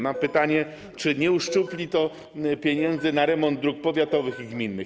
Mam pytanie: Czy nie uszczupli to pieniędzy na remont dróg powiatowych i gminnych?